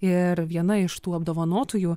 ir viena iš tų apdovanotųjų